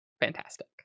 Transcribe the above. fantastic